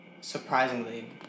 surprisingly